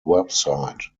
website